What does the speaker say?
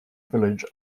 village